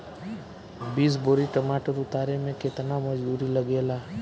बीस बोरी टमाटर उतारे मे केतना मजदुरी लगेगा?